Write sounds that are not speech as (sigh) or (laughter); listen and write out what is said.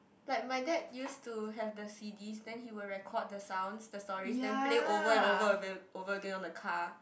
like my dad used to have the c_ds then he will record the sounds the stories then play over and over (noise) over again on the car